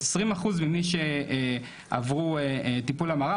20% ממי שעברו טיפול המרה,